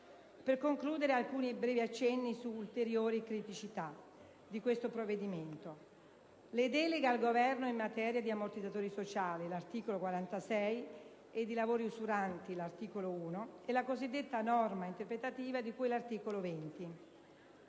Per concludere, svolgo alcuni brevi accenni su due ulteriori punti di criticità di questo provvedimento: le deleghe al Governo in materia di ammortizzatori sociali (articolo 46) e di lavori usuranti (articolo 1), e la cosiddetta norma interpretativa di cui all'articolo 20.